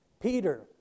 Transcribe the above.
Peter